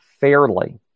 fairly